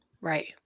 right